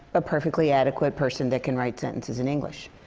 a perfectly adequate person that can write sentences in english.